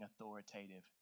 authoritative